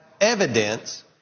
evidence